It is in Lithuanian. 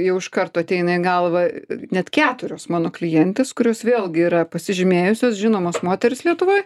jau iš karto ateina į galvą net keturios mano klientės kurios vėlgi yra pasižymėjusios žinomos moterys lietuvoj